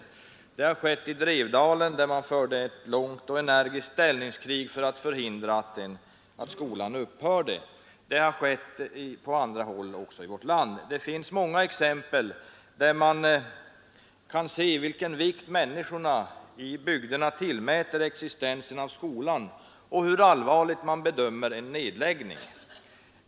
Det har organisation i skett i Drevdalen där man förde långt och energiskt ställningskrig för att 8lesbygd m.m. förhindra att skolan upphörde. Det har också skett på andra håll i vårt land. Det finns många fler exempel där man kan se vilken vikt människor ute i bygderna tillmäter existensen av skolan och hur allvarligt man bedömer en nedläggning.